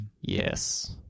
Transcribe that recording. Yes